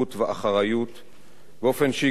באופן שהקרין על כל הסובבים אותו: